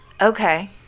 Okay